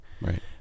Right